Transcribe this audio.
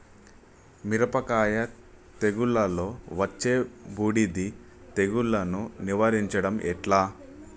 మిరపకాయ తెగుళ్లలో వచ్చే బూడిది తెగుళ్లను నివారించడం ఎట్లా?